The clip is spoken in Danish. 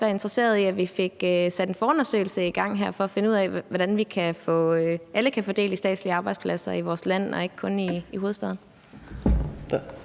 være interesseret i, at vi fik sat en forundersøgelse i gang her for at finde ud af, hvordan alle kan få del i statslige arbejdspladser i vores land, og at det ikke kun sker i hovedstaden?